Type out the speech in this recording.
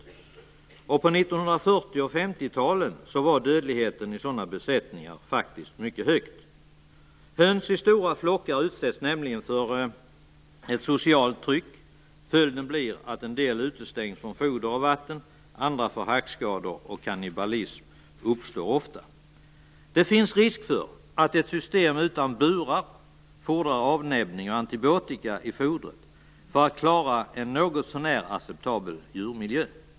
På 1940 och 1950-talen var dödligheten i sådana besättningar faktiskt mycket hög. Höns i stora flockar utsätts nämligen för ett socialt tryck. Följden blir att en del utestängs från foder och vatten, andra får hackskador, och kannibalism uppstår ofta. Det finns risk för att ett system utan burar fordrar avnäbbning och antibiotika i fodret för att klara en något så när acceptabel djurmiljö.